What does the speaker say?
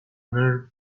her